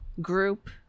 group